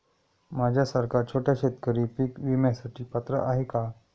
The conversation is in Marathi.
माझ्यासारखा छोटा शेतकरी पीक विम्यासाठी पात्र आहे का?